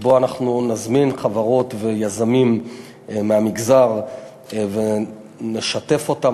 ואנחנו נזמין אליו חברות ויזמים מהמגזר ונשתף אותם.